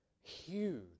huge